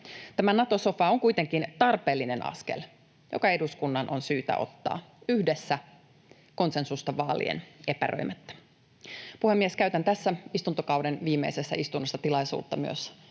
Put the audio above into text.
Tämä Nato-sofa on kuitenkin tarpeellinen askel, joka eduskunnan on syytä ottaa — yhdessä, konsensusta vaalien, epäröimättä. Puhemies! Käytän tässä istuntokauden viimeisessä istunnossa myös